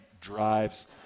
drives